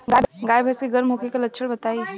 गाय भैंस के गर्म होखे के लक्षण बताई?